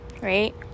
right